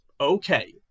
okay